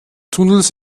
tunnels